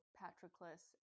Patroclus